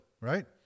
right